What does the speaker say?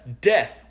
death